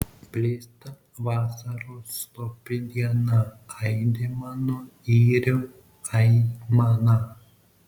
blėsta vasaros slopi diena aidi mano yrių aimana